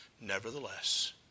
nevertheless